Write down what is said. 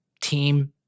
team